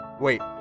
wait